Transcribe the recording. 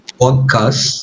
podcast